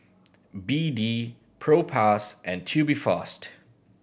B D Propass and Tubifast